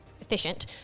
efficient